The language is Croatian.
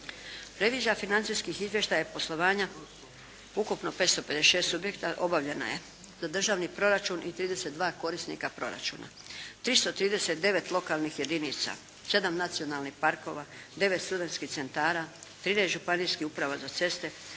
Revizija financijskih izvještaja poslovanja ukupno 556 subjekata obavljena je za državni proračun i 32 korisnika proračuna, 339 lokalnih jedinica, 7 nacionalnih parkova, 9 studentskih centara, 13 županijskih uprava za ceste,